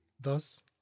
Thus